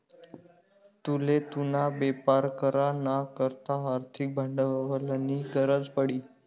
तुले तुना बेपार करा ना करता आर्थिक भांडवलनी गरज पडी